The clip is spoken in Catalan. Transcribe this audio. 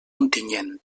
ontinyent